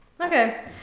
okay